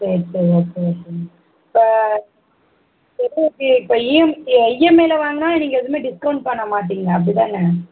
சரி சரி okay okay இப்போ செல்லுக்கு இப்போ இஎம்ஐ இஎம்ஐயில் வாங்கினா நீங்கள் எதுவுமே டிஸ்கவுண்ட் பண்ண மாட்டீங்களா அப்படி தானே